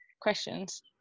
questions